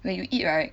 when you eat right